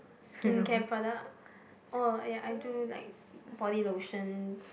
skincare product oh ya I do like body lotion